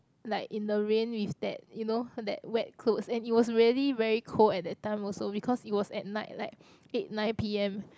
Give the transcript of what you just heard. like in the rain with that you know that wet clothes and it was really very cold at that time also because it was at night like eight nine P_M